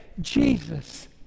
Jesus